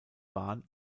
bahn